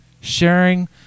sharing